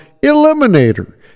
Eliminator